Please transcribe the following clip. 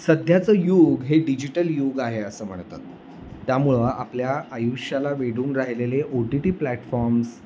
सध्याचं युग हे डिजिटल युग आहे असं म्हणतात त्यामुळं आपल्या आयुष्याला वेढून राहिलेले ओ टी टी प्लॅटफॉर्म्स